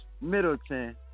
Middleton